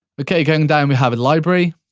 okay, going down, we have a library.